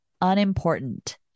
unimportant